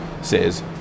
says